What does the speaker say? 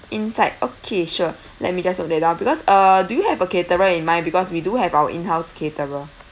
inside okay sure let me just note that down because uh do you have a caterer in mind because we do have our in-house caterer